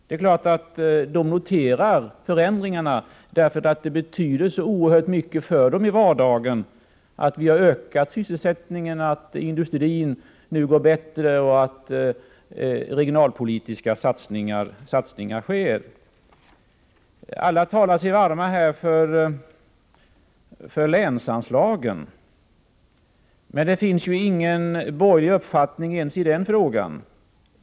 Det är klart att människorna noterar förändringarna, eftersom det betyder så oerhört mycket för dem i vardagen att sysselsättningen ökar, att industrin nu går bättre och att regionalpolitiska satsningar görs. Alla talar sig varma för länsanslagen. Men det finns ingen borgerlig uppfattning ens i denna fråga.